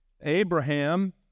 Abraham